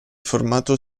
formato